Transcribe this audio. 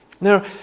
Now